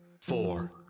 four